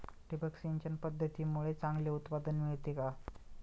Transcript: ठिबक सिंचन पद्धतीमुळे चांगले उत्पादन मिळते का?